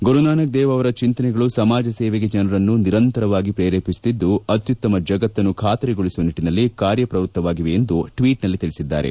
ಗುರುನಾನಕ್ ದೇವ್ ಅವರ ಚಿಂತನೆಗಳು ಸಮಾಜ ಸೇವೆಗೆ ಜನರನ್ನು ನಿರಂತರವಾಗಿ ಪ್ರೇರೇಪಿಸುತ್ತಿದ್ದು ಅತ್ಯುತ್ತಮ ಜಗತ್ತನ್ನು ಖಾತರಿಗೊಳಿಸುವ ನಿಟ್ಟಿನಲ್ಲಿ ಕಾರ್ಯ ಪ್ರವ್ಪತ್ತವಾಗಿವೆ ಎಂದು ಟ್ವೀಟ್ನಲ್ಲಿ ತಿಳಿಸಿದ್ದಾರೆ